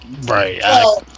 right